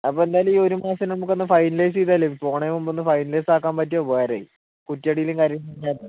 അപ്പോൾ എന്തായാലും ഈയൊരു മാസത്തിൽ നമുക്കൊന്ന് ഫൈനലൈസ് ചെയ്താൽ പോണതിനു മുമ്പൊന്നു ഫൈനലൈസ് ആക്കാൻ പറ്റിയാൽ ഉപകാരമായി കുറ്റി ഇടീലും കാര്യങ്ങളും